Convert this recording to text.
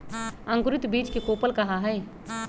अंकुरित बीज के कोपल कहा हई